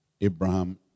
Abraham